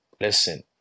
Listen